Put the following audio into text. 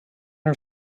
her